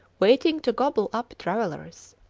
waiting to gobble up travellers.